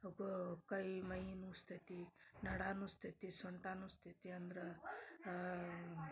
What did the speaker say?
ಕೈ ಮೈ ನುಸ್ತೈತಿ ನಡಾ ನುಸ್ತೈತಿ ಸೊಂಟ ನುಸ್ತೈತಿ ಅಂದ್ರೆ